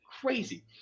Crazy